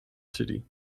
city